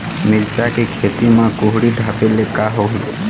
मिरचा के खेती म कुहड़ी ढापे ले का होही?